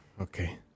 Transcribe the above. Okay